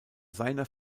seiner